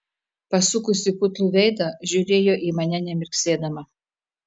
pasukusi putlų veidą žiūrėjo į mane nemirksėdama